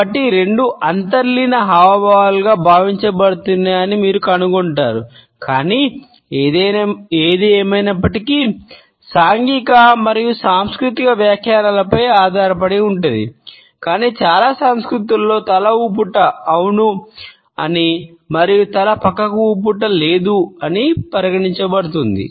కాబట్టి రెండూ అంతర్లీన హావభావాలుగా భావించబడుతున్నాయని మీరు కనుగొంటారు కానీ ఏది ఏమయినప్పటికీ సాంఘిక మరియు సాంస్కృతిక వ్యాఖ్యానాలపై ఆధారపడి ఉంటుంది కానీ చాలా సంస్కృతులలో తల ఊపూట అవును అని మరియు తల పక్కకు ఊపూట లేదు అని పరిగణించబడుతుంది